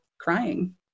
crying